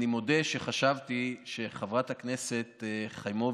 אני מודה שחשבתי שחברת הכנסת חיימוביץ'